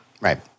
Right